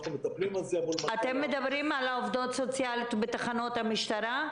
אתם מדברים על העובדות הסוציאליות בתחנות המשטרה?